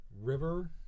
River